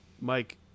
Mike